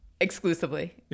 Exclusively